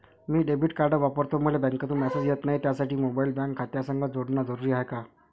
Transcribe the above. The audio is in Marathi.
मी डेबिट कार्ड वापरतो मले बँकेतून मॅसेज येत नाही, त्यासाठी मोबाईल बँक खात्यासंग जोडनं जरुरी हाय का?